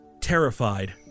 terrified